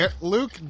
Luke